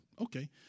Okay